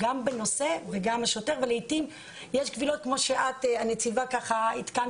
כמו שהנציבה עדכנה